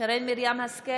שרן מרים השכל,